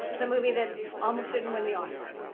the movie that almost didn't win the oscar.